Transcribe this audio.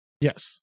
Yes